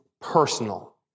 personal